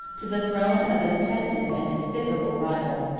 to the throne of a detested and despicable rival.